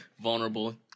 vulnerable